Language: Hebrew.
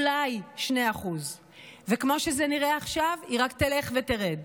אולי 2%. וכמו שזה נראה עכשיו, היא רק תלך ותרד.